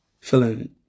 feeling